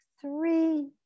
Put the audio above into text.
three